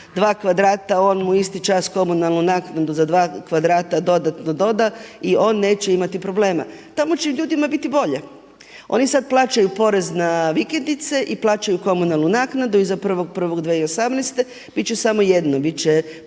2 kvadrata, on mu isti čas komunalnu naknadu za 2 kvadrata dodatno doda, i on neće imati problema. Tamo će ljudima biti bolje. Oni sad plaćaju porez na vikendice i plaćaju komunalnu naknadu. Iza 1.1.2018. bit će samo jedno, bit će